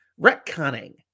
Retconning